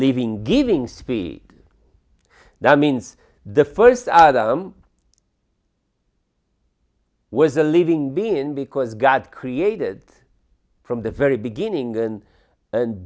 living giving speed that means the first adam was a living being because god created from the very beginning and